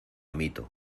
amito